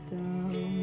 down